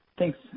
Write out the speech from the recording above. Thanks